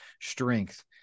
strength